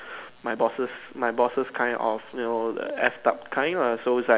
my bosses my bosses kind of you know the F up kind lah so it's like